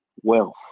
Wealth